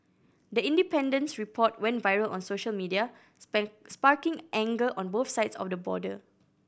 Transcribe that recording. the Independent's report went viral on social media sparking anger on both sides of the border